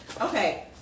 Okay